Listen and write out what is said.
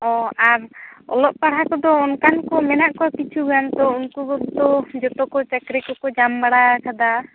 ᱚ ᱟᱨ ᱚᱞᱚᱜ ᱯᱟᱲᱦᱟᱣ ᱠᱚᱫᱚ ᱚᱱᱠᱟᱱ ᱠᱚ ᱢᱮᱱᱟᱜ ᱠᱚᱣᱟ ᱠᱤᱪᱷᱩ ᱜᱟᱱ ᱛᱳ ᱩᱱᱠᱩ ᱠᱚᱫᱚ ᱡᱚᱛᱚ ᱠᱚ ᱪᱟᱹᱠᱨᱤ ᱠᱚ ᱠᱚ ᱧᱟᱢ ᱵᱟᱲᱟᱣᱟᱠᱟᱫᱟ